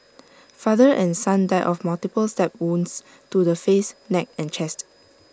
father and son died of multiple stab wounds to the face neck and chest